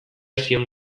zion